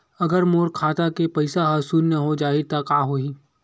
अगर मोर खाता के पईसा ह शून्य हो जाही त का होही?